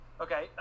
Okay